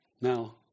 Now